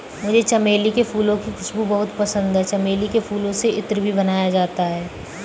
मुझे चमेली के फूलों की खुशबू बहुत पसंद है चमेली के फूलों से इत्र भी बनाया जाता है